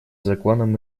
законом